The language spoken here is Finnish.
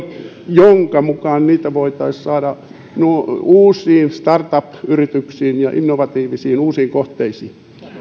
jonka mukaan niitä voitaisiin saada uusiin startup yrityksiin ja innovatiivisiin uusin kohteisiin